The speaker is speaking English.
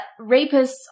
rapists